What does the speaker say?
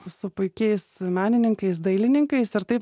su puikiais menininkais dailininkais ir taip